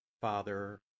Father